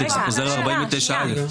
זה חוזר לסעיף 49(א).